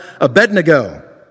Abednego